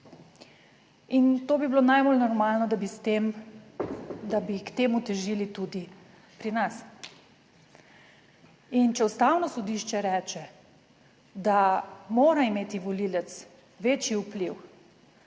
In to bi bilo najbolj normalno, da bi s tem, da bi k temu težili tudi pri nas. In če Ustavno sodišče reče, da mora imeti volivec večji vpliv,